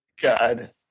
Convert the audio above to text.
God